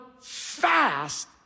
fast